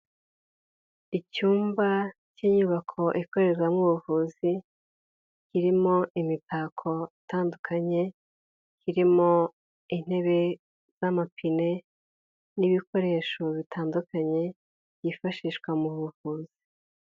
Icyumba cy'inyubako ikorerwamo ubuvuzi, kirimo imitako itandukanye, kirimo intebe z'amapine n'ibikoresho bitandukanye byifashishwa mu buvuzi.